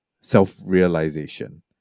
self-realization